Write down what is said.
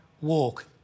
walk